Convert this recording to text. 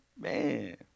Man